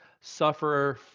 suffer